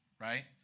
right